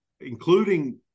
including